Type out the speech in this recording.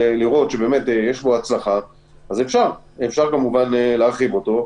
אפשר יהיה להרחיב אותו,